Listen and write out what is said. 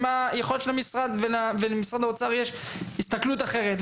יכול להיות שלמשרד ולמשרד האוצר יש הסתכלות אחרת,